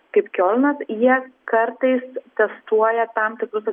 kaip kiolnas jie kartais testuoja tam tikrus